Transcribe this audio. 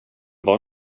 var